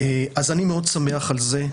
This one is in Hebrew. אז אני מאוד שמח על זה,